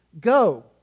Go